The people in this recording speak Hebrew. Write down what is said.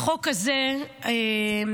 החוק הזה עבר,